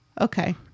Okay